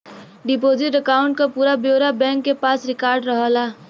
deposit account क पूरा ब्यौरा बैंक के पास रिकार्ड रहला